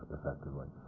effectively,